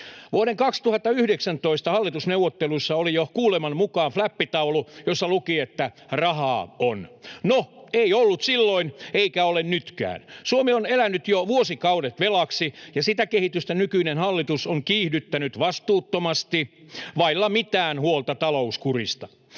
Vuoden 2019 hallitusneuvotteluissa oli jo kuuleman mukaan fläppitaulu, joissa luki, että rahaa on. No, ei ollut silloin, eikä ole nytkään. Suomi on elänyt jo vuosikaudet velaksi, ja sitä kehitystä nykyinen hallitus on kiihdyttänyt vastuuttomasti vailla mitään huolta talouskurista.